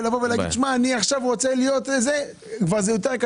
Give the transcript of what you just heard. וזה כבר קשה יותר.